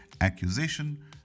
accusation